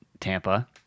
Tampa